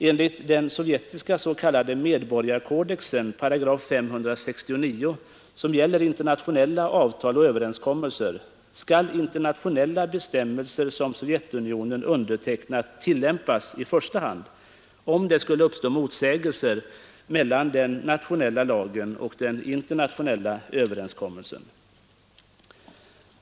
Enligt en medborgarkodex, 569 §, som gäller internationella avtal och överenskommelser skall internationella bestämmelser som Sovjetunionen har undertecknat i första hand tillämpas, om det skulle uppstå motsägelser mellan den nationella lagen och den internationella överenskommelsen.